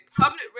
public